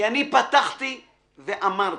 כי אני פתחתי ואמרתי,